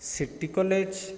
city college